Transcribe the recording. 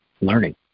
learning